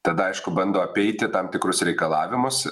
tad aišku bando apeiti tam tikrus reikalavimus